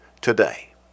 today